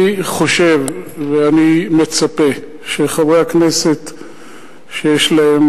אני חושב ואני מצפה שחברי הכנסת שיש להם